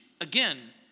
again